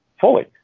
fully